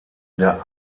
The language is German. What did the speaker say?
der